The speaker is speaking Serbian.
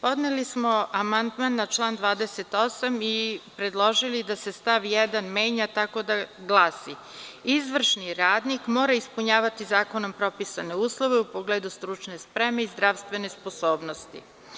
Podneli smo amandman na član 28. i predložili da se stav 1. menja, tako da glasi: „Izvršni radnik mora ispunjavati zakonom propisane uslove u pogledu stručne spreme i zdravstvene sposobnosti“